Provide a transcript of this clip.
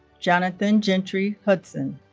jonathan gentry hudson